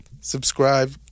subscribe